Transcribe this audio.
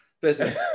Business